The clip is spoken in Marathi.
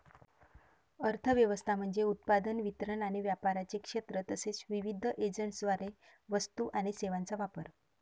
अर्थ व्यवस्था म्हणजे उत्पादन, वितरण आणि व्यापाराचे क्षेत्र तसेच विविध एजंट्सद्वारे वस्तू आणि सेवांचा वापर